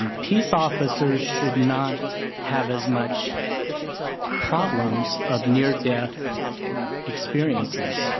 um peace officers should not have as much problems of near-death experiences.